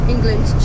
England